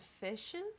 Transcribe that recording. fishes